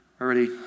already